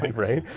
but right.